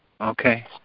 okay